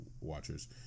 watchers